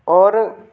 और